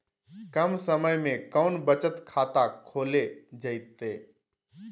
कम समय में कौन बचत खाता खोले जयते?